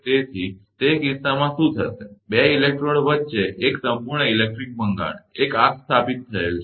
તેથી તે કિસ્સામાં શું થશે બે ઇલેક્ટ્રોડ્સ વચ્ચે એક સંપૂર્ણ ઇલેક્ટ્રિક ભંગાણ એક આર્ક સ્થાપિત થયેલ છે